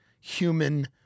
human